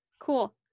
Cool